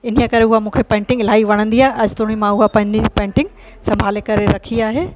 इन करे मूंखे उहा पेंटिंग इलाही वणंदी आहे अॼु ताईं मूं उहा पेंटिंग संभाले करे रखी आहे